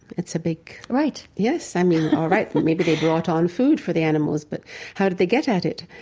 it's a big, right yes. i mean, all right, maybe they brought on food for the animals, but how did they get at it?